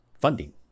funding